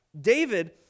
David